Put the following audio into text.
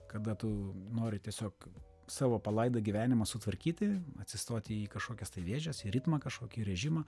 kada tu nori tiesiog savo palaidą gyvenimą sutvarkyti atsistoti į kažkokias tai dėžes į ritmą kažkokį režimą